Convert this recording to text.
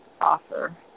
offer